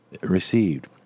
received